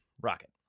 Rocket